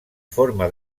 forma